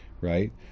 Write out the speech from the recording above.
right